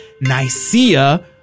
Nicaea